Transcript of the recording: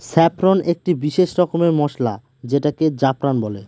saffron একটি বিশেষ রকমের মসলা যেটাকে জাফরান বলে